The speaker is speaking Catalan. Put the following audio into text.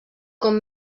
com